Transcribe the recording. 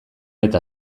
eta